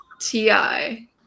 TI